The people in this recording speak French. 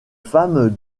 femme